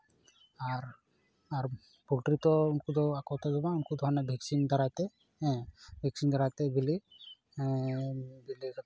ᱟᱨ poultry ᱫᱚ ᱩᱱᱠᱩ ᱫᱚ ᱟᱠᱚ ᱛᱮᱫᱚ ᱵᱟᱝ ᱩᱱᱠᱩ ᱫᱚ ᱦᱟᱱᱮ ᱵᱷᱮᱠᱥᱤᱱ ᱫᱟᱨᱟᱭ ᱛᱮ ᱦᱮᱸ ᱵᱷᱮᱠᱥᱤᱱ ᱫᱟᱨᱟᱭ ᱛᱮ ᱵᱤᱞᱤ ᱵᱤᱞᱤ ᱠᱟᱛᱮ